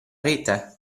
rete